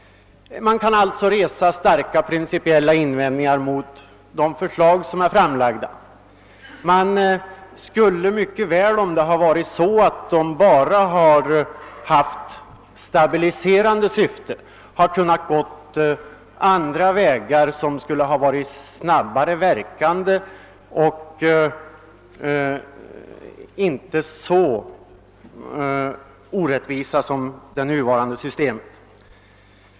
Man kan alltså resa starka principiella invändningar mot de förslag som är framlagda. Om dessa bara hade haft stabiliserande syfte, skulle man mycket väl ha kunnat gå andra vägar med metoder som skulle ha verkat snabbare och inte så orättvist som det nu föreslagna systemet.